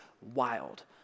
wild